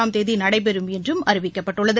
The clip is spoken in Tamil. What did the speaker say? ஆம் தேதி நடைபெறும் என்றும் அறிவிக்கப்பட்டுள்ளது